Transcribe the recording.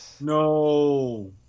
No